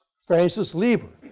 francis lieber.